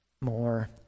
more